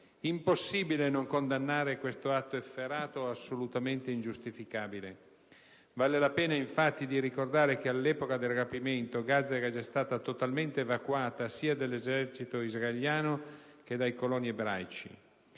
Impossibile non condannare questo atto efferato, assolutamente ingiustificabile. Vale la pena, infatti, ricordare che all'epoca del rapimento Gaza era già stata totalmente evacuata sia dall'esercito israeliano che dai coloni ebraici.